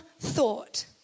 thought